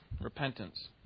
repentance